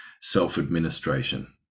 self-administration